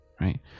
right